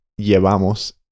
llevamos